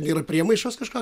yra priemaišos kažko